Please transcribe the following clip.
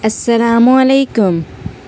السلام علیکم